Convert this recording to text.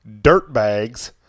Dirtbags